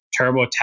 TurboTax